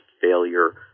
failure